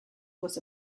was